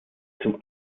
zum